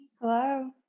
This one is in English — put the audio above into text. Hello